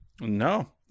no